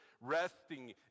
Resting